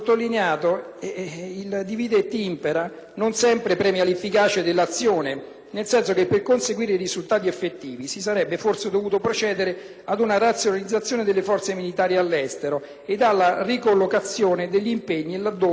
nel senso che, per conseguire risultati effettivi, si sarebbe forse dovuto procedere a una razionalizzazione delle forze militari all'estero e a una riallocazione degli impegni laddove questi sono più richiesti. Questo farà parte dell'ordine del giorno